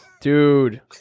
dude